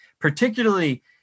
particularly